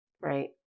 Right